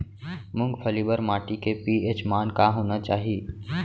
मूंगफली बर माटी के पी.एच मान का होना चाही?